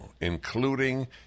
including